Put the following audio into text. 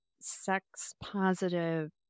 sex-positive